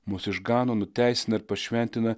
mus išgano nuteisina ir pašventina